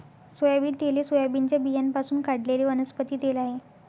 soybean तेल हे सोयाबीनच्या बियाण्यांपासून काढलेले वनस्पती तेल आहे